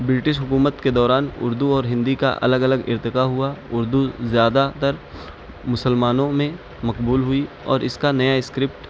British حکومت کے دوران اردو اور ہندی کا الگ الگ ارتقا ہوا اردو زیادہ تر مسلمانوں میں مقبول ہوئی اور اس کا نیا اسکرپٹ